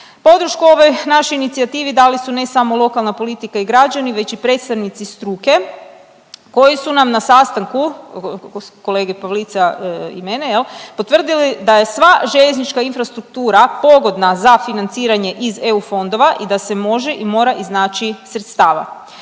Podršku ovoj našoj inicijativi dali su, ne samo lokalna politika i građani, već i predstavnici struke koji su nam na sastanku kolege Pavlica i mene, je li, potvrdili da je sva željeznička infrastruktura pogodna za financiranje iz EU fondova i da se može i mora iznaći sredstava.